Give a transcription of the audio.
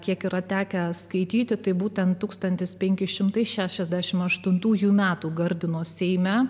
kiek yra tekę skaityti tai būtent tūkstantis penki šimtai šešiasdešimt aštuntųjų metų gardino seime